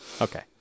Okay